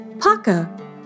Paka